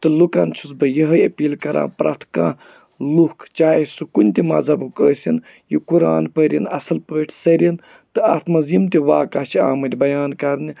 تہٕ لُکَن چھُس بہٕ یِہے أپیٖل کَران پرٛٮ۪تھ کانٛہہ لُکھ چاہے سُہ کُنہِ تہِ مذہَبُک ٲسِن یہِ قران پٔرِن اَصٕل پٲٹھۍ سٔرِن تہٕ اَتھ منٛز یِم تہِ واقعہ چھِ آمٕتۍ بیان کَرنہِ